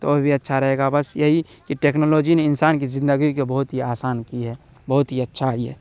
تو وہ اچھا رہے گا بس یہی کہ ٹیکنالوجی نے انسان کی زندگی کے بہت ہی آسان کی ہے بہت ہی اچھا آئی ہے